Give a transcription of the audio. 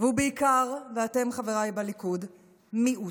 והוא בעיקר, ואתם, חבריי בליכוד, מיעוט,